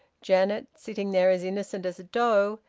janet, sitting there as innocent as a doe,